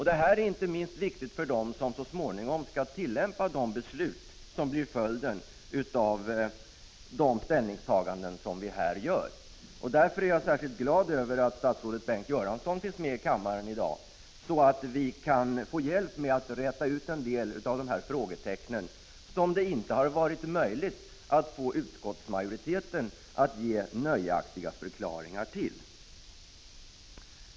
Detta är inte minst viktigt för dem som så småningom skall tillämpa de beslut som blir följden av de ställningstaganden som vi här gör. Därför är jag särskilt glad över att statsrådet Bengt Göransson finns med i kammaren i dag, så att vi kan få hjälp med att räta ut en del av de frågetecken som det inte har varit möjligt att få uskottsmajoriteten att ge nöjaktiga förklaringar till.